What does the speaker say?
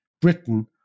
Britain